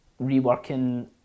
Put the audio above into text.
reworking